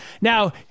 Now